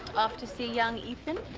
off to see young ethan?